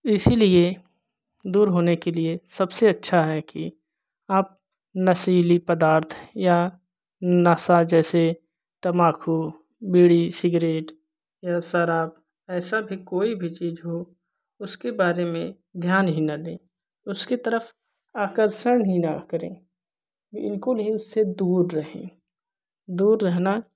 इसी लिए दूर होने के लिए सबसे अच्छा हैं कि आप नशीली पदार्थ या नशा जैसे तंबाकू बीड़ी सिगरेट या शराब ऐसी भी कोई भी चीज़ हो उसके बारे में ध्यान ही ना दें उसके तरफ़ आकर्षण ही ना करें इनको इन से दूर रहें दूर रहना